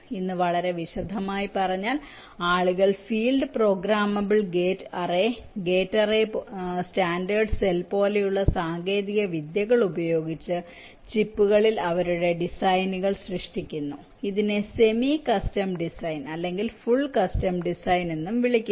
ഇന്ന് വളരെ വിശാലമായി പറഞ്ഞാൽ ആളുകൾ field programmable gate array gate array standard cell പോലുള്ള സാങ്കേതികവിദ്യകൾ ഉപയോഗിച്ച് ചിപ്പുകളിൽ അവരുടെ ഡിസൈനുകൾ സൃഷ്ടിക്കുന്നു ഇതിനെ സെമി കസ്റ്റം ഡിസൈൻ അല്ലെങ്കിൽ ഫുൾ കസ്റ്റം ഡിസൈൻ എന്നും വിളിക്കുന്നു